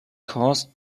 caused